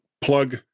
plug